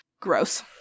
Gross